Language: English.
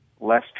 less